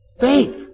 Faith